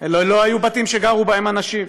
אלה לא היו בתים שגרו בהם אנשים.